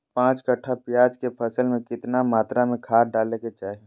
पांच कट्ठा प्याज के फसल में कितना मात्रा में खाद डाले के चाही?